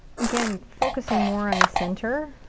again, focusing more on the center.